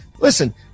listen